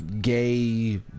gay